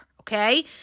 Okay